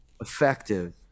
effective